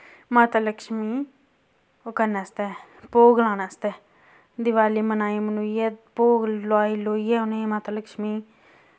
माता लक्ष्मी ओह् करनै आस्तै भोग लानै आस्तै दिवाली बनाई बनुईयै भोग लोआई लुईयै उनैं माता लक्ष्मी गी